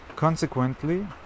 Consequently